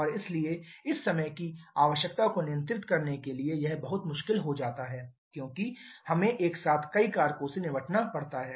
और इसलिए इस समय की आवश्यकता को नियंत्रित करने के लिए यह बहुत मुश्किल हो जाता है क्योंकि हमें एक साथ कई कारकों से निपटना पड़ता है